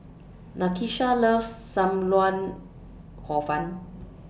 Nakisha loves SAM Lau Hor Fun